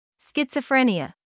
Schizophrenia